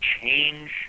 change